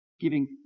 Giving